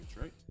right